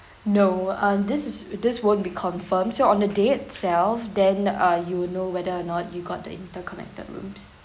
no uh this is this won't be confirmed so on the date itself then uh you know whether or not you got the interconnected rooms